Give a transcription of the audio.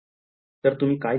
तर तुम्ही काय लिहाल